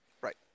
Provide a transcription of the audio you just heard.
Right